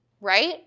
right